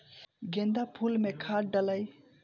गेंदा फुल मे खाद डालाई?